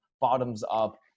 bottoms-up